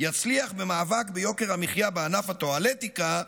יצליח במאבק ביוקר המחיה בענף הטואלטיקה,